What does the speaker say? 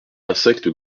insectes